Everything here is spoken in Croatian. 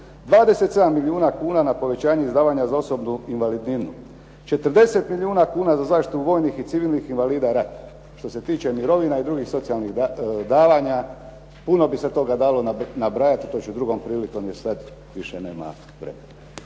27 milijuna kuna za povećanje izdavanja na osobnu invalidninu. 40 milijuna kuna za zaštitu vojnih i civilnih invalida rata. Što se tiče mirovina i drugih socijalnih davanja puno bi se toga dalo nabrajati, a to ću drugom prilikom, jer sada više nema vremena.